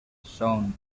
shown